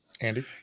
Andy